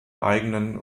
eigenen